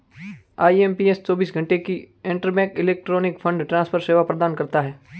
IMPS चौबीस घंटे की इंटरबैंक इलेक्ट्रॉनिक फंड ट्रांसफर सेवा प्रदान करता है